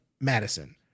madison